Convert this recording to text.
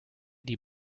die